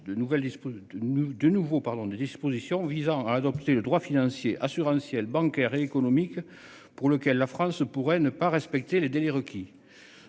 des dispositions visant à adopter le droit financier assurantiel bancaire économique pour lequel la France pourrait ne pas respecter les délais requis.